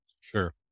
Sure